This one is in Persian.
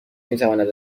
میتواند